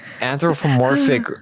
anthropomorphic